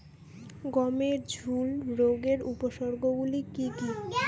গমের ঝুল রোগের উপসর্গগুলি কী কী?